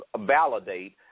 validate